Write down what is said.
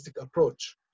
approach